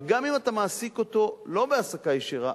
וגם אם אתה מעסיק אותו לא בהעסקה ישירה,